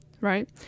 right